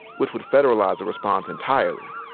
which would federalize the response entirely.